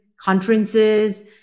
conferences